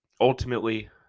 Ultimately